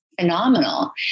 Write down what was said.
phenomenal